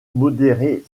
modéré